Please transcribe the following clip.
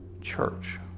church